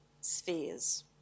spheres